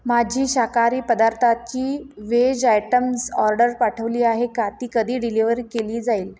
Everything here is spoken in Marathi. माझी शाकाहारी पदार्थाची व्हेज आयटम्स ऑर्डर पाठवली आहे का ती कधी डिलिव्हर केली जाईल